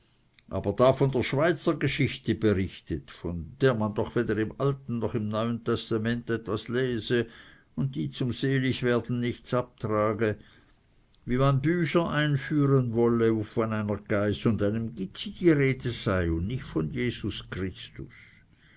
aber von der schweizergeschichte brichtet von der man doch weder im alten noch im neuen testament etwas lese und die zum seligwerden nichts abtrage wie man bücher einführen wolle wo von einer geiß und gitzi die rede sei und nicht von jesus christus